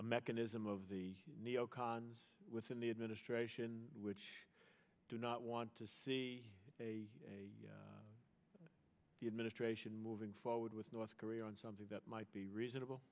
mechanism of the neo cons within the administration which do not want to see the administration moving forward with north korea on something that might be reasonable